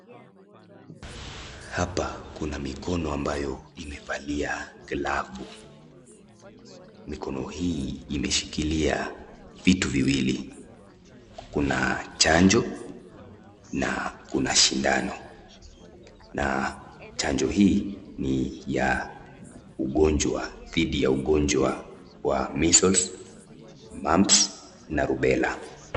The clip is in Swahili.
Hapa kuna mikono ambayo imivalia glavu. Mikono hii imeshikilia vitu viwili. Kuna chanjo na kuna shindano. Na chanjo hii ni ya ugonjwa, dhidi ya ugonjwa wa measles, Mumps, na Rubella .